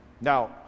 Now